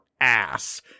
ass